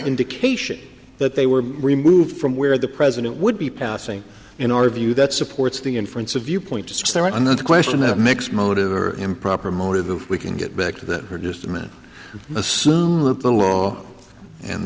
indication that they were removed from where the president would be passing in our view that supports the inference of viewpoints there on the question of mixed motives or improper motive if we can get back to that or just a man assume that the law and